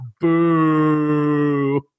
boo